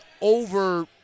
over